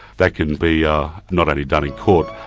that can be ah not only done in court,